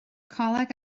coleg